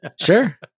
Sure